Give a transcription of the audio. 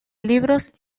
libros